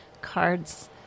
cards